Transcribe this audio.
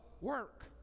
Work